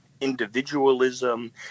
individualism